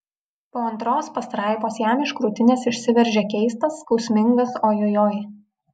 po antros pastraipos jam iš krūtinės išsiveržė keistas skausmingas ojojoi